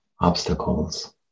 obstacles